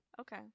Okay